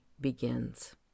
begins